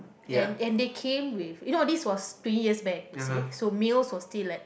and and they came with you know this was twenty years back you say so mails was still like